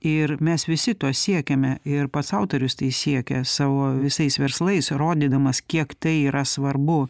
ir mes visi to siekiame ir pats autorius tai siekia savo visais verslais rodydamas kiek tai yra svarbu